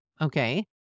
Okay